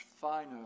finer